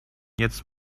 jetzt